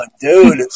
Dude